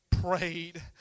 prayed